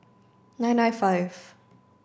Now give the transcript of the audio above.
nine nine five